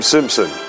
Simpson